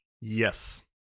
Yes